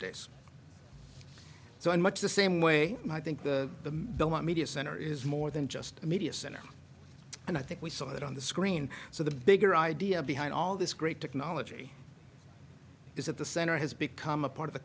days so in much the same way i think the belmont media center is more than just a media center and i think we saw that on the screen so the bigger idea behind all this great technology is that the center has become a part of